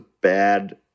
bad